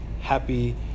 happy